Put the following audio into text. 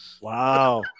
Wow